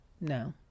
no